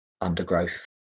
undergrowth